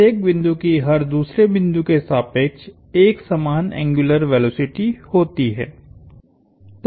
प्रत्येक बिंदु की हर दूसरे बिंदु के सापेक्ष एक समान एंग्युलर वेलोसिटी होती है